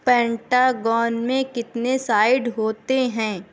Pentagon میں کتنے side ہوتے ہیں